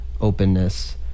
openness